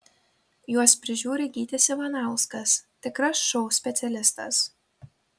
juos prižiūri gytis ivanauskas tikras šou specialistas